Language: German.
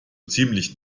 ziemlich